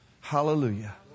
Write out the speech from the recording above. Hallelujah